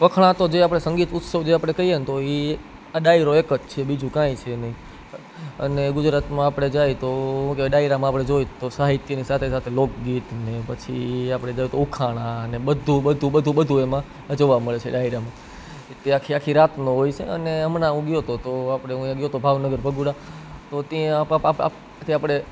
વખણાતો જે આપણે સંગીત ઉત્સવ જે આપણે કહીએ ને તો એ આ ડાયરો એક જ છે બીજું કાંઈ છે નહીં અને ગુજરાતમાં આપણે જાઈએ તો શું કહેવાય ડાયરામાં આપણે જોઈએ તો સાહિત્યની સાથે સાથે લોકગીત ને પછી આપણે કહીએ તો ઉખાણાંને બધું બધું બઘું બધું એમાં જોવા મળે છે ડાયરામાં એ આખી આખી રાતનો હોય છે અને હમણાં હું ગયો તો તો આપણે હું ગયો તો ભાવનગર ભગુડા તો ત્યાં ત્યાં આપણે